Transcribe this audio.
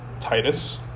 Titus